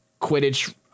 Quidditch